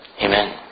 Amen